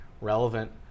relevant